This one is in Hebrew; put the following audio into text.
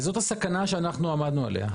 וזו הסכנה שאנחנו עמדנו עליה.